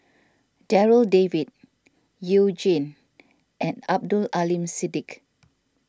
Darryl David You Jin and Abdul Aleem Siddique